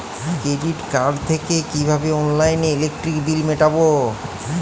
Credit card থেকে কিভাবে অনলাইনে ইলেকট্রিক বিল মেটাবো?